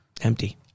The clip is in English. empty